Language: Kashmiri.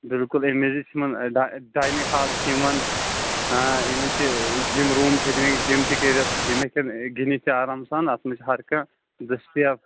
بِلکُل اَمہِ مزیٖد چھُ یِمن ڈاینِگ ڈاینِگ ہال چھِ یِمن یِمن چھِ یِم روٗم چھِ جِم تہِ کٔرِتھ یِم ہیٚکن گِنٛدِتھ تہِ آرام سان اَتھ منٛز چھِ ہر کانٛہہ دستیاب